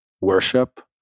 worship